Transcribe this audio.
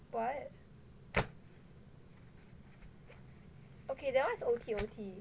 why okay that one is O_T_O_T